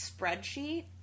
spreadsheet